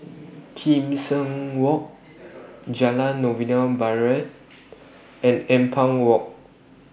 Kim Seng Walk Jalan Novena Barat and Ampang Walk